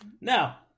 Now